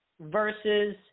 versus